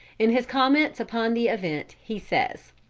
in his comments upon the event he says